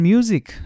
Music